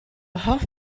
hoff